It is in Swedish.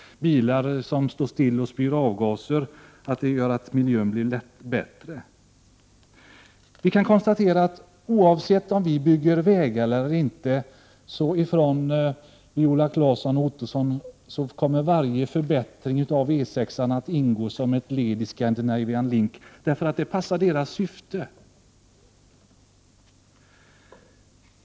Bilar som står stilla och spyr ut avgaser gör ju inte miljön bättre. Vi kan konstatera att oavsett om vi bygger vägar eller inte så kommer för Viola Claesson och Roy Ottosson varje förbättring av E 6 att ingå som ett led i Scandinavian Link, eftersom det passar deras syfte.